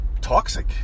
toxic